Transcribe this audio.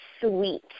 sweet